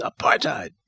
apartheid